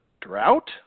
drought